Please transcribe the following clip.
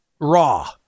raw